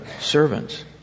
servants